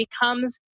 becomes